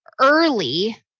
early